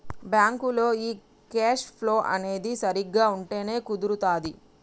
బ్యాంకులో ఈ cash flow అనేది సరిగ్గా ఉంటేనే కుదురుతాది